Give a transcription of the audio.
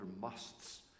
musts